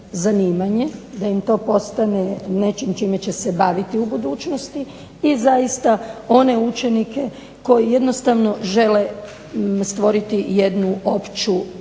da im to postane nečim čime će se baviti u budućnosti i zaista one učenike koji jednostavno žele stvoriti jednu opću kulturu.